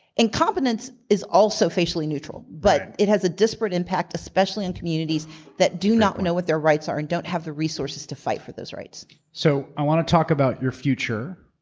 incompetence is also facially neutral, but it has a disparate impact, especially in communities that do not know what their rights are and don't have the resources to fight for those so i want to talk about your future.